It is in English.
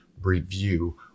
review